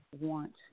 want